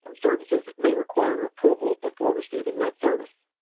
um services may require approval before receiving that service.